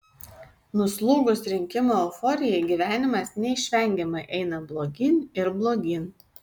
nuslūgus rinkimų euforijai gyvenimas neišvengiamai eina blogyn ir blogyn